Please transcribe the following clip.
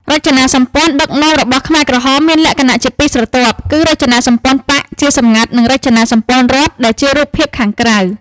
រចនាសម្ព័ន្ធដឹកនាំរបស់ខ្មែរក្រហមមានលក្ខណៈជាពីរស្រទាប់ គឺរចនាសម្ព័ន្ធបក្ស (ជាសម្ងាត់) និងរចនាសម្ព័ន្ធរដ្ឋ (ដែលជារូបភាពខាងក្រៅ)។